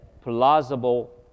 plausible